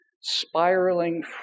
spiraling